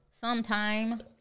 sometime